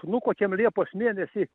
nu kokiam liepos mėnesį